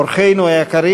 אורחינו היקרים,